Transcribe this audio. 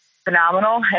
phenomenal